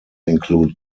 include